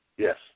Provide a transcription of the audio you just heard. Yes